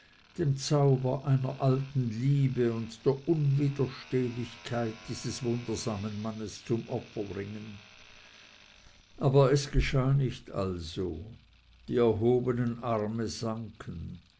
dem zauber einer alten liebe und der unwiderstehlichkeit dieses wundersamen mannes zum opfer bringen aber es geschah nicht also die erhobenen arme sanken